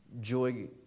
Joy